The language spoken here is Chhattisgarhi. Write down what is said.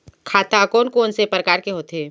खाता कोन कोन से परकार के होथे?